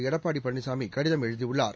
எடப்பாடி பழனிசாமி கடிதம் எழுதியுள்ளார்